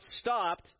stopped